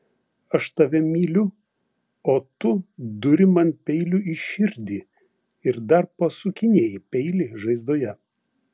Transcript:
aš tave myliu o tu duri man peiliu į širdį ir dar pasukinėji peilį žaizdoje